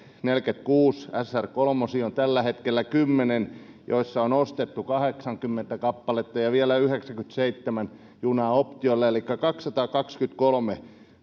neljäkymmentäkuusi sr kolmosia on tällä hetkellä kymmenen joista on ostettu kahdeksankymmentä kappaletta ja vielä yhdeksänkymmentäseitsemän junaa optiolla elikkä kaksisataakaksikymmentäkolme